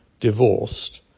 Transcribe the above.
divorced